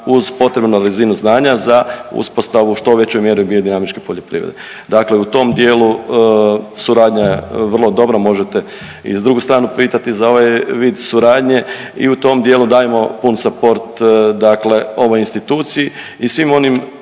uz potrebnu razinu znanja za uspostavu u što većoj mjeri biodinamičke poljoprivrede. Dakle, u tom dijelu suradnja je vrlo dobra možete i drugu stranu pitati za ovaj vid suradnje i u tom dijelu dajemo pun suport ovoj instituciji i svim onim